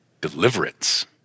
deliverance